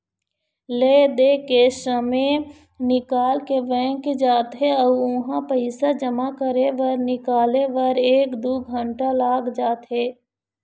ले दे के समे निकाल के बैंक जाथे अउ उहां पइसा जमा करे बर निकाले बर एक दू घंटा लाग जाथे